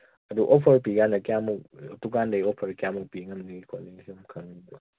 ꯑꯗꯨ ꯑꯣꯐꯔ ꯄꯤꯀꯥꯟꯗ ꯀꯌꯥꯃꯨꯛ ꯗꯨꯀꯥꯟꯗꯒꯤ ꯑꯣꯐꯔ ꯀꯌꯥꯃꯨꯛ ꯄꯤ ꯉꯝꯅꯤ ꯈꯣꯠꯅꯤꯁꯨ ꯈꯪꯅꯤꯡꯉꯤ